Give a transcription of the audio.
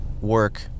work